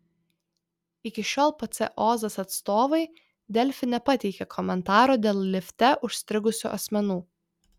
iki šiol pc ozas atstovai delfi nepateikė komentaro dėl lifte užstrigusių asmenų